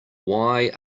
why